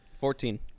Fourteen